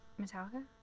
Metallica